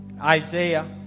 Isaiah